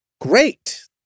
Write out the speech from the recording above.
great